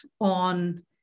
on